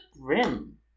Grim